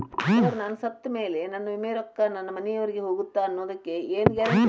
Sir ನಾನು ಸತ್ತಮೇಲೆ ನನ್ನ ವಿಮೆ ರೊಕ್ಕಾ ನನ್ನ ಮನೆಯವರಿಗಿ ಹೋಗುತ್ತಾ ಅನ್ನೊದಕ್ಕೆ ಏನ್ ಗ್ಯಾರಂಟಿ ರೇ?